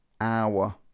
hour